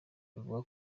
avuga